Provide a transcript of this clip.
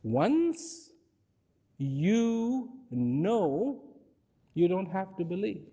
one you know you don't have to believe